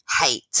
hate